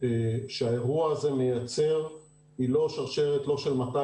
שהאירוע הזה מייצר היא לא שרשרת של 200